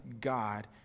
God